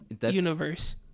universe